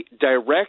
direct